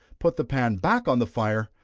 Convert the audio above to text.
put the pan back on the fire,